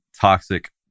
toxic